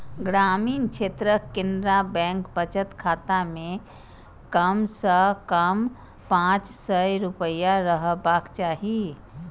ग्रामीण क्षेत्रक केनरा बैंक बचत खाता मे कम सं कम पांच सय रुपैया रहबाक चाही